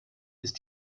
ist